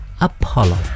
apollo